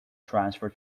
transfer